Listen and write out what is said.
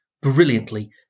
brilliantly